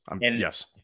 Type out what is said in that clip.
yes